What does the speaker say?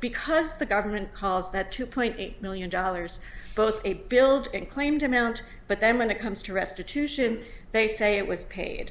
because the government calls that two point eight million dollars both a build and claimed amount but then when it comes to restitution they say it was paid